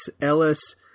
Ellis